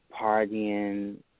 partying